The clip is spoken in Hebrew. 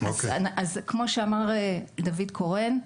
כפי שאמר דוד קורן,